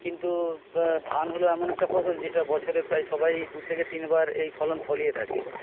কিন্তু ধান হল এমন একটা ফসল যেটা বছরে প্রায় সবাই দু থেকে তিন বার এই ফলন ফলিয়ে থাকে